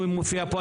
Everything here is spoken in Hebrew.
הוא מופיע פה,